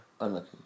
unlucky